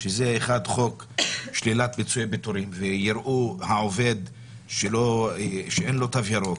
שאחד הוא חוק שלילת פיצויי פיטורים ויראו בעובד שאין לו תו ירוק